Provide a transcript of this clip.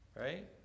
Right